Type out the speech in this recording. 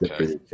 okay